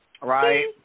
Right